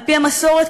על-פי המסורת,